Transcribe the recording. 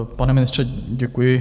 Pane ministře, děkuji.